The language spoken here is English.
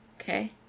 okay